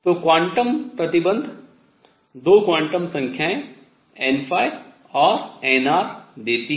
तो क्वांटम प्रतिबन्ध 2 क्वांटम संख्याएँ n और nr देती हैं